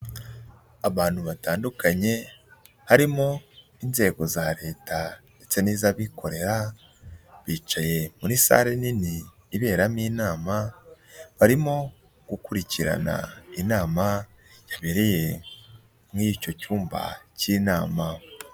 Abantu batandukanye harimo inzego za leta ndetse n'iz'abikorera, bicaye muri sale nini iberamo inama, barimo gukurikirana inama yabereye muri icyo cyumba cy'inama.